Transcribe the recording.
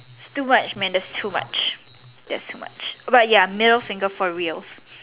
too much man that's too much that's too much but ya middle finger for real